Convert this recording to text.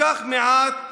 לקח מעט